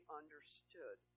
understood